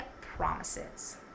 promises